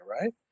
right